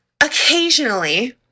Occasionally